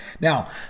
Now